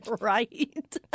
Right